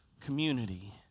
community